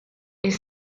est